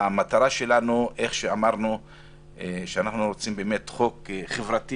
המטרה שלנו היא שאנחנו רוצים חוק חברתי